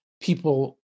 people